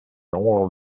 oil